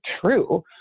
true